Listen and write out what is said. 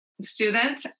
student